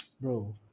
Bro